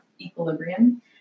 equilibrium